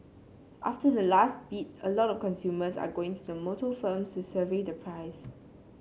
after the last bid a lot of consumers are going to the motor firms to survey the price